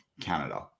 Canada